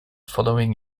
following